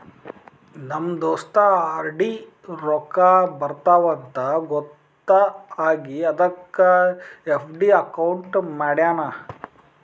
ನಮ್ ದೋಸ್ತ ಆರ್.ಡಿ ರೊಕ್ಕಾ ಬರ್ತಾವ ಅಂತ್ ಗೊತ್ತ ಆಗಿ ಅದಕ್ ಎಫ್.ಡಿ ಅಕೌಂಟ್ ಮಾಡ್ಯಾನ್